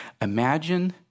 Imagine